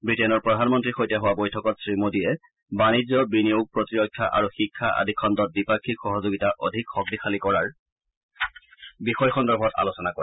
ৱিটেইনৰ প্ৰধানমন্ত্ৰীৰ সৈতে হোৱা বৈঠকত শ্ৰীমোডীয়ে বাণিজ্য বিনিয়োগ প্ৰতিৰক্ষা আৰু শিক্ষা আদি খণ্ডত দ্বিপাক্ষিক সহযোগিতা অধিক শক্তিশালী কৰাৰ বিষয় সন্দৰ্ভত আলোচনা কৰে